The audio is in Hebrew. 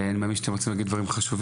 אני מאמין שאתם רוצים להגיד דברים חשובים.